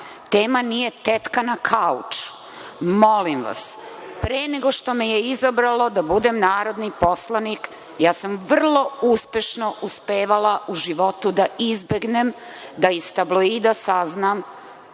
tema nije tetka na kauču. Molim vas, pre nego što me je izabralo da budem narodni poslanik, ja sam vrlo uspešno uspevala u životu da izbegnem da iz tabloida saznam